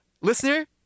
Listener